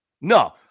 No